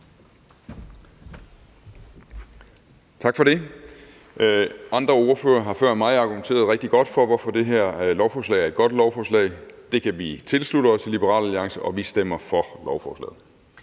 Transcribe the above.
Tak for det. Andre ordførere har før mig argumenteret rigtig godt for, hvorfor det her lovforslag er et godt lovforslag. Det kan vi tilslutte os i Liberal Alliance, og vi stemmer for lovforslaget.